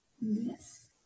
Yes